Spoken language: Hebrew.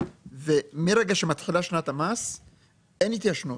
ומרגע שמתחילה שנת המס אין התיישנות,